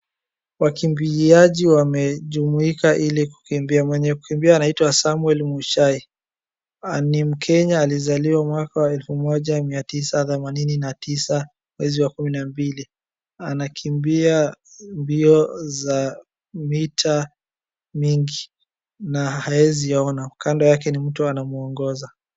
Wakimbiliaji wamejumuika ili kukimbia. Mwenye kukimbia anaitwa Samwel Muitai ni mkenya alizaliwa mwaka wa elfu moja Mia tisa themanini na tisa mwezi wa kumi na mbili, anakimbia mbio za mita mingi na haezi ona, kando yake ni mtu anamwongoza.